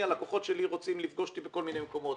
הלקוחות שלי רוצים לפגוש אותי בכל מיני מקומות,